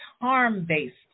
harm-based